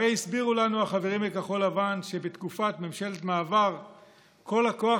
הרי הסבירו לנו החברים מכחול לבן שבתקופת ממשלת מעבר כל הכוח